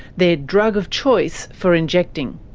their drug of choice for injecting.